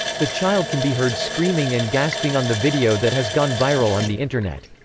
the child can be heard screaming and gasping on the video that has gone viral on the internet.